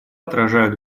отражают